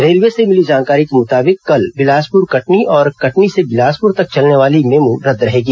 railway से मिली जानकारी के मुताबिक कल बिलासपुर कटनी और कटनी से बिलासपुर तक चलने वाली मेमू रद्द रहेगी